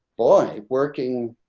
boy working,